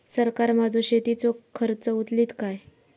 सरकार माझो शेतीचो खर्च उचलीत काय?